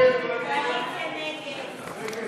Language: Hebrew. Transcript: של קבוצת סיעת הרשימה המשותפת: חברי הכנסת איימן עודה,